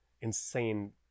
insane